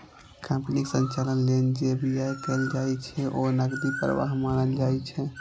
कंपनीक संचालन लेल जे व्यय कैल जाइ छै, ओ नकदी प्रवाह मानल जाइ छै